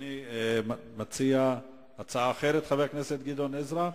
אדוני מציע הצעה אחרת, חבר הכנסת גדעון עזרא?